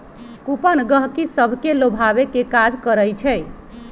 coupon गहकि सभके लोभावे के काज करइ छइ